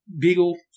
Beagle